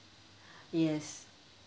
yes